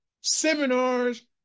seminars